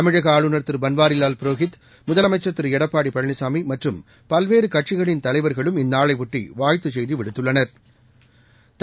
தமிழக ஆளுநர் திரு பன்வாரிவால் புரோஹித் முதலமைச்சர் திரு எடப்பாடி பழனிசாமி மற்றும் பல்வேறு கட்சிகளின் தலைவா்களும் இந்நாளையொட்டி வாழ்த்துச் செய்தி விடுத்துள்ளனா்